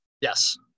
yes